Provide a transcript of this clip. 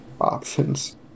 options